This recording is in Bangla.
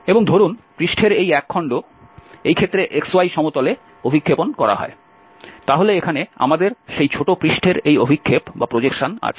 এবং ধরুন পৃষ্ঠের এই এক খন্ড এই ক্ষেত্রে xy সমতলে অভিক্ষেপণ করা হয় তাহলে এখানে আমাদের সেই ছোট পৃষ্ঠের এই অভিক্ষেপ আছে